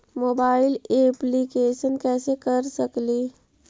Mobile application कैसे कर सकेली?